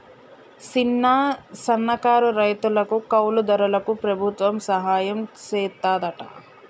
సిన్న, సన్నకారు రైతులకు, కౌలు దారులకు ప్రభుత్వం సహాయం సెత్తాదంట